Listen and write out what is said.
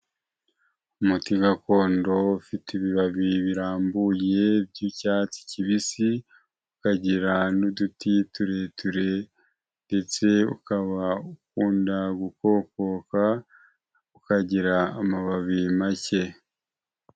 Umuti gakondo ufite ibibabi birambuye by'icyatsi kibisi, ukagira n'uduti tureture ndetse ukaba ukunda gukokoka ukagira amababi make.